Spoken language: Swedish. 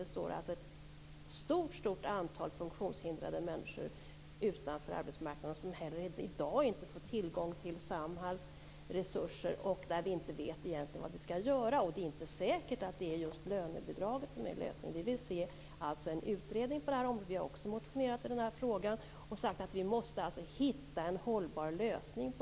Det står ett stort antal funktionshindrade människor utanför arbetsmarknaden, som inte heller i dag får tillgång till Samhalls resurser och där vi inte vet vad vi skall göra. Det är inte säkert att det är just lönebidraget som är lösningen. Vi vill se en utredning på området. Vi har också motionerat i frågan och sagt att det måste skapas en hållbar lösning.